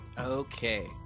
Okay